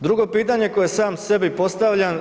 Drugo pitanje koje sam sebi postavljam.